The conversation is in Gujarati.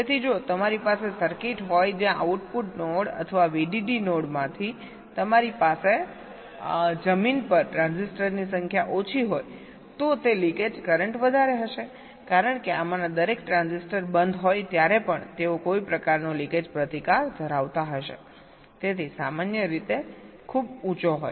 તેથી જો તમારી પાસે સર્કિટ હોય જ્યાં આઉટપુટ નોડ અથવા વીડીડી નોડમાંથી તમારી પાસે જમીન પર ટ્રાન્ઝિસ્ટરની સંખ્યા ઓછી હોય તો લિકેજ કરંટ વધારે હશેકારણ કે આમાંના દરેક ટ્રાન્ઝિસ્ટર બંધ હોય ત્યારે પણ તેઓ કોઈ પ્રકારનો લિકેજ પ્રતિકાર ધરાવતા હશે જેથી સામાન્ય રીતે ખૂબ ઉંચો હોય